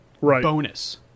bonus